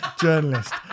journalist